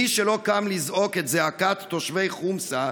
מי שלא קם לזעוק את זעקת תושבי חומסה,